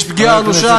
יש פגיעה אנושה,